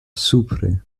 supre